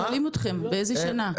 שואלים אתכם באיזו שנה.